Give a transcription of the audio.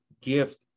gift